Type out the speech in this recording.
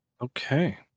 okay